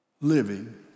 living